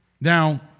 Now